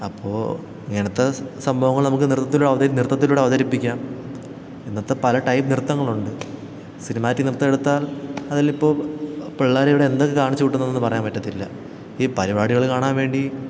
അപ്പോള് ഇങ്ങനത്തെ സംഭവങ്ങള് നമുക്ക് നൃത്തത്തിലും നൃത്തത്തിലൂടെ അവതരിപ്പിക്കാം ഇന്നത്തെ പല ടൈപ്പ് നൃത്തങ്ങളുണ്ട് സിനിമാറ്റിക്ക് നൃത്തമെടുത്താൽ അതിലിപ്പോള് പിള്ളേരിവിടെ എന്തൊക്കെ കാണിച്ച് കൂട്ടുന്നതെന്ന് പറയാൻ പറ്റത്തില്ല ഈ പരിപാടികള് കാണാൻ വേണ്ടി